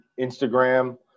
instagram